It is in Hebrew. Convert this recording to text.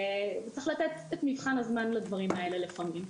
צריך לתת את מבחן הזמן לדברים האלה לפעמים.